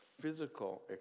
physical